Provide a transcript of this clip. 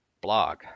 Blog